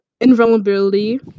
invulnerability